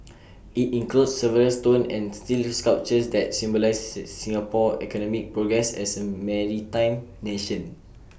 IT includes several stone and steel sculptures that symbolise say Singapore's economic progress as A maritime nation